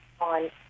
on